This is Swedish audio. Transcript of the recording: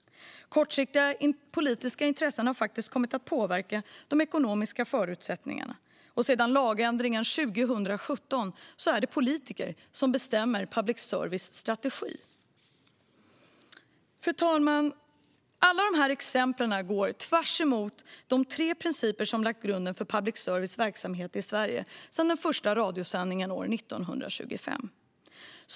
Kortsiktiga politiska intressen har kommit att påverka de ekonomiska förutsättningarna, och sedan lagändringen 2017 är det politiker som nu bestämmer public services strategi. Fru talman! Alla de här exemplen går tvärs emot de tre principer som lagt grunden för public services verksamhet i Sverige sedan den första radiosändningen 1925.